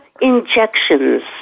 injections